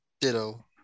Ditto